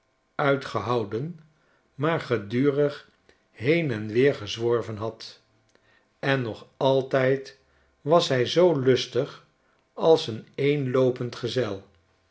uitgehouden maar gedurig heen en weer gezworven had en nog altijd was hij zoo lustig als een eenloopend gezel